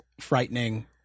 frightening